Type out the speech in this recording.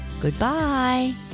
Goodbye